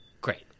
Great